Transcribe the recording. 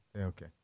Okay